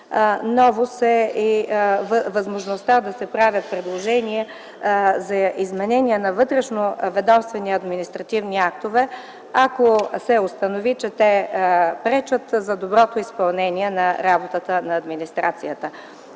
Новост е и възможността да се правят предложения за изменения на вътрешноведомствени административни актове, ако се установи, че те пречат за доброто изпълнение на работата на администрацията.